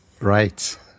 right